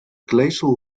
glacial